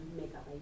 makeup